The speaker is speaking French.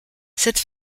cette